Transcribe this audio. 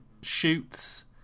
Shoots